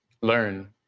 Learn